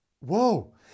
whoa